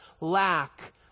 lack